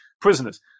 prisoners